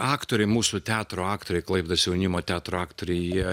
aktoriai mūsų teatro aktoriai klaipėdos jaunimo teatro aktoriai jie